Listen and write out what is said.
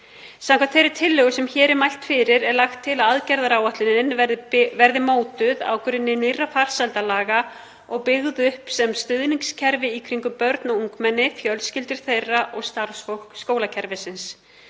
Samkvæmt þeirri tillögu sem hér er mælt fyrir er lagt til að aðgerðaáætlunin verði mótuð á grunni nýrra farsældarlaga og byggð upp sem stuðningskerfi í kringum börn og ungmenni, fjölskyldur þeirra og starfsfólk skólakerfisins.